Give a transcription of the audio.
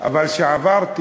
אבל כשעברתי